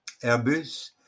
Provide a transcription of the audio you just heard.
airbus